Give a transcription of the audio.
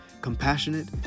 compassionate